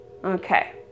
Okay